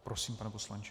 Prosím, pane poslanče.